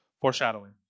foreshadowing